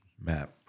map